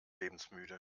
lebensmüde